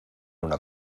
una